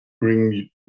bring